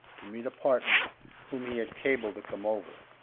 to meet a partner whom he had cabled to come over.